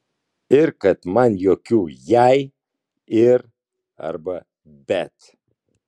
ir kad man jokių jei ir arba bet